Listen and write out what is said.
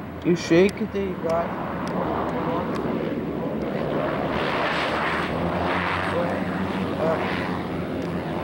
išeikite į gatvę ir parodykite žmogui straipsnį su trumpiniu pr